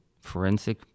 forensic